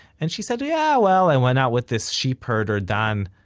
and she said, yeah, well, i went out with this sheep-herder, dan.